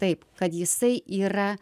taip kad jisai yra